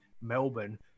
Melbourne